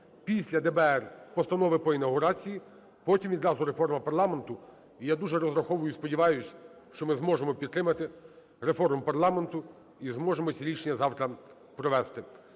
Після ДБР – постанови по інавгурації. Потім відразу - реформа парламенту. І я дуже розраховую і сподіваюсь, що ми зможемо підтримати реформу парламенту і зможемо ці рішення завтра провести.